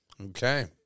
Okay